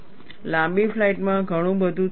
લાંબી ફ્લાઇટમાં ઘણું બધું થતું નથી